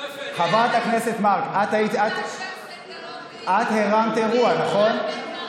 את הרמת אירוע, נכון?